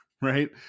right